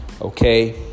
Okay